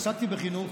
עסקתי בחינוך,